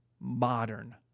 modern